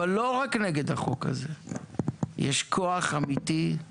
אבל לא רק נגד החוק הזה, יש כוח אמיתי, ממשלתי,